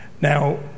Now